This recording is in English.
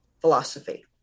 philosophy